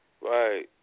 Right